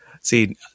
see